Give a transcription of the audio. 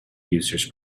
users